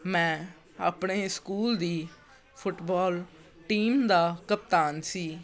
ਮੈਂ ਆਪਣੇ ਸਕੂਲ ਦੀ ਫੁੱਟਬਾਲ ਟੀਮ ਦਾ ਕਪਤਾਨ ਸੀ